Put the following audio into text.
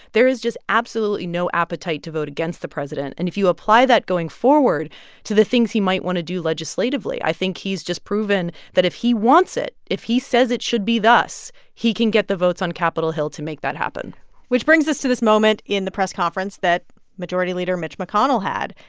there is just absolutely no appetite to vote against the president. and if you apply that going forward to the things he might want to do legislatively, i think he's just proven that if he wants it, if he says it should be thus, he can get the votes on capitol hill to make that happen which brings us to this moment in the press conference that majority leader mitch mcconnell had,